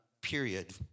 period